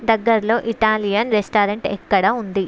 దగ్గరలో Italian restaurant ఎక్కడ ఉంది